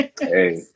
Hey